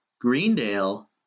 Greendale